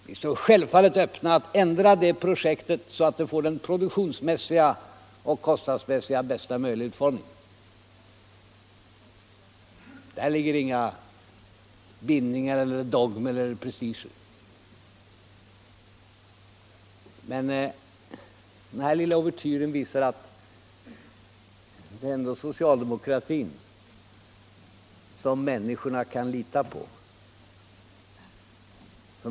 Vi står självfallet öppna för att ändra det projektet så att det får bästa möjliga produktionsmässiga och kostnadsmässiga utformning. Där ligger inga bindningar eller dogmer eller prestigehänsyn i vägen. Men den här lilla uvertyren visar att det ändå är socialdemokratin som människorna kan lita på.